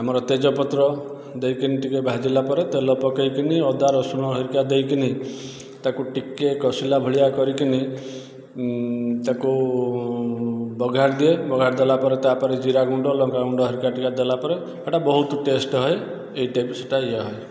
ଆମର ତେଜପତ୍ର ଦେଇକିନି ଟିକିଏ ଭାଜିଲା ପରେ ତେଲ ପକେଇକିନି ଅଦା ରସୁଣ ହେରିକା ଦେଇକିନି ତା'କୁ ଟିକିଏ କଷିଲା ଭଳିଆ କରିକିନି ତା'କୁ ବଘାରି ଦିଏ ବଘାରି ଦେଲାପରେ ତା'ପରେ ଜିରାଗୁଣ୍ଡ ଲଙ୍କାଗୁଣ୍ଡ ହେରିକା ଟିକିଏ ଦେଲାପରେ ସେଇଟା ବହୁତ ଟେଷ୍ଟ୍ ହୁଏ ଏହି ଟିପ୍ସଟା ଏୟା ହୁଏ